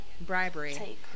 bribery